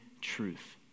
truth